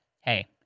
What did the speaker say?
hey